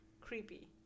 creepy